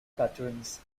cartoons